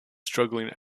struggling